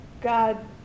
god